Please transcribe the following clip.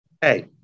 Hey